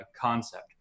concept